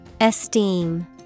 Esteem